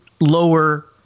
lower –